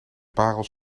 parels